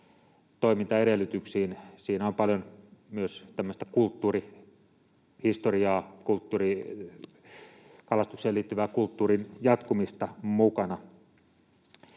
toimintaedellytyksiin? Siinä on paljon myös tämmöistä kulttuurihistoriaa, kalastukseen liittyvää kulttuurin jatkamista mukana.